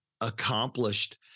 accomplished